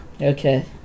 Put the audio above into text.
Okay